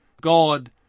God